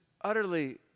utterly